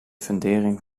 fundering